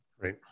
Right